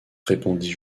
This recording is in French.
répondis